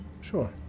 Sure